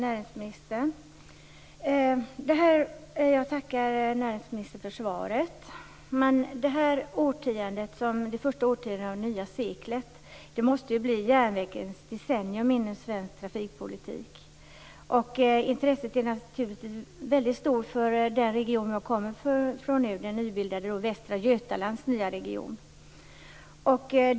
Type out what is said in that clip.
Fru talman! Jag tackar näringsministern för svaret. Nästa årtionde, det första på det nya seklet, måste bli järnvägens decennium inom svensk trafikpolitik. Intresset är naturligtvis väldigt stort i den region jag kommer ifrån, det nybildade Västra Götaland.